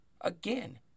again